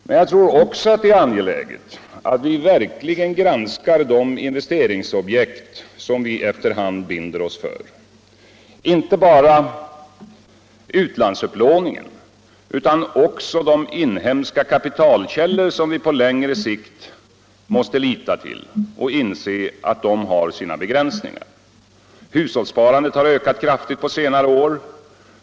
Men jag tror också att det är angeläget att vi verkligen granskar de investeringsobjekt som vi efter hand binder oss för. Inte bara utlandsupplåningen utan också de inhemska kapitalkällor som vi på längre sikt måste lita till har sina begränsningar. Hushållssparandet har ökat kraftigt på senare år.